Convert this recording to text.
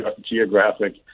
geographic